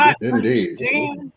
Indeed